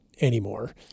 anymore